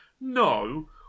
No